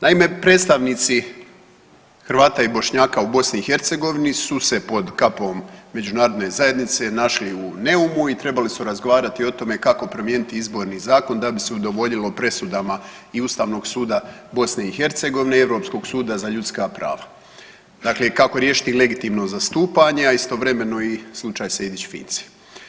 Naime, predstavnici Hrvata i Bošnjaka u BiH su se pod kapom međunarodne zajednice našli u Neumu i trebali su razgovarati o tome kako promijeniti Izborni zakon da bi se udovoljilo presudama i Ustavnog suda BiH i Europskog suda za ljudska prava, dakle kako riješiti legitimno zastupanje, a istovremeno i slučaj Sejdić i Finci.